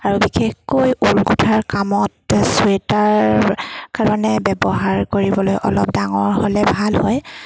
আৰু বিশেষকৈ ঊল গোঠাৰ কামত চুৱেটাৰ কাৰণে ব্যৱহাৰ কৰিবলৈ অলপ ডাঙৰ হ'লে ভাল হয়